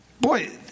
boy